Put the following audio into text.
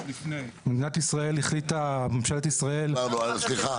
מדינת ישראל החליטה, ממשלת ישראל --- סליחה.